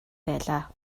байлаа